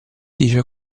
dice